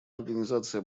организации